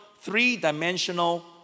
three-dimensional